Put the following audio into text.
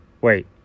wait